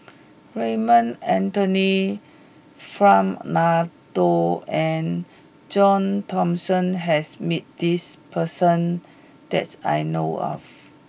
Raymond Anthony Fernando and John Thomson has meet this person that I know of